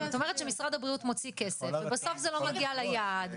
את אומרת שמשרד הבריאות מוציא כסף ובסוף זה לא מגיע ליעד.